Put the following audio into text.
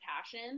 passion